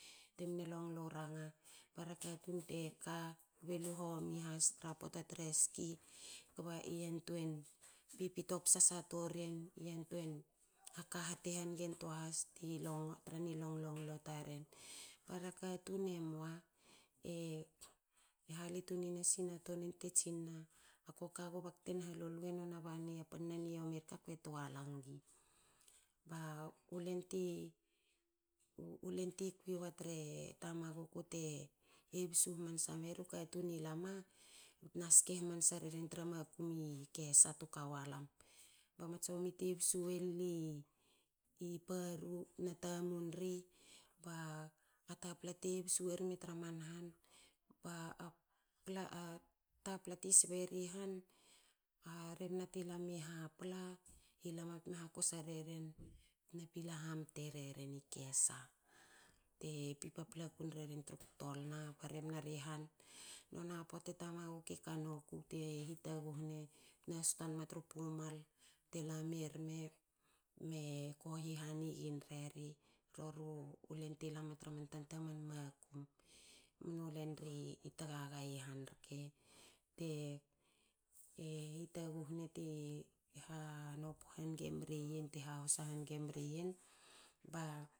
Temne longlo u ranga. para katun teka kbe lu homi has tra pota tra ski kbe e yantuen pipito psa sa toaren yantuen ka haten tua tra ni longlonglo taren. Para katun halitunin sa toren bte tsina koka gu bte nha lol gu?E nona bani panna niomi rke akue toa langi. u len ti kuiwa tre tamaguku te bsu- bsu hamansa meru katun e lama bna ske hamansa reren tra makum i kesa tuka walam na matso mi te bsu wel li i paru btna tamun ri ba a tapla te bsu werme tra man han ba a pla tapla ti sbe ri han. a rebna te lami hapla i lama bte me hakosa reren bna pila hamte reren i kesa. bte pin paplaku reren tru kotolna kba rehna ri han. noni a pota e tamaguku eka noku bte hitaghu ne btna sotanama tru pumul.